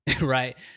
Right